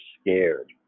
scared